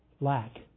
lack